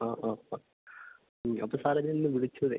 ആ ആ ആ മ് അപ്പം സാറെ ഞാനിന്ന് വിളിച്ചതെ